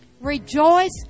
Rejoice